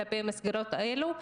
כלפי המסגרות האלו.